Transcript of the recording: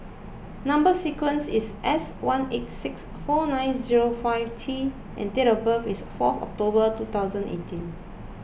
Number Sequence is S one eight six four nine zero five T and date of birth is four October two thousand eighteen